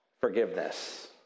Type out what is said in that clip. forgiveness